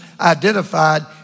identified